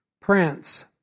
Prince